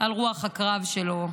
על רוח הקרב שלו,